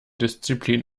disziplin